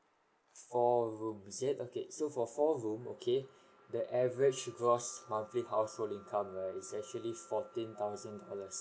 four room is it okay so for four room okay the average gross monthly household income right is actually fourteen thousand dollars